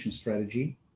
strategy